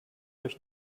euch